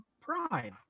Pride